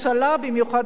במיוחד הזאת,